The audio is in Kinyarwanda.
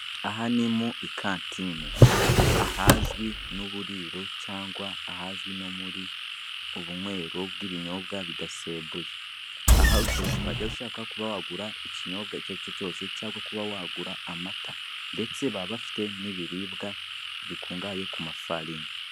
Aha ni mu ikantine, ahazwi nk'u buriro cyangwa ahazwi no muri ubunywero bw'ibinyobwa bidasembuye. Aha ushobora kuhagera iyo ushaka kuba wagura ikinyobwa icyaricyo cyose cyangwa kuba wagura amata . Ndetse bababafite n'ibiribwa bikungahaye mu kafarini.